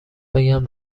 بگم